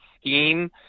scheme